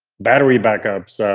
battery backups.